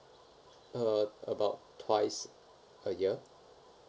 err about twice a year